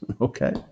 okay